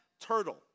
turtle